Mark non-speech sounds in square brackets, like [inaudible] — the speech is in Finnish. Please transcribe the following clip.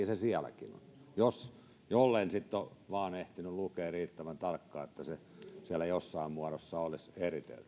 [unintelligible] se sielläkin on jollen sitten ole vain ehtinyt lukea riittävän tarkkaan että jos se siellä jossain muodossa olisi eritelty [unintelligible]